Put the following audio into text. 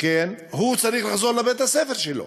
הוא צריך לחזור לבית-הספר שלו.